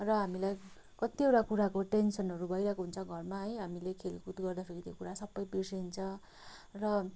र हामीलाई कतिवटा कुराको टेन्सनहरू भइरहेको हुन्छ घरमा है हामीले खेलकुद गर्दाखेरि त्यो कुरा सबै बिर्सिन्छ र